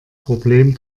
problem